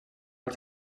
els